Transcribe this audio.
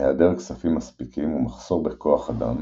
בהיעדר כספים מספיקים ומחסור בכוח אדם